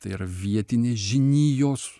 tai yra vietinės žinijos